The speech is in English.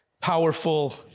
powerful